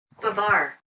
Babar